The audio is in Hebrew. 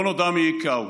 לא נודע מי הכהו.